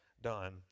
Done